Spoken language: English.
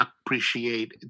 appreciate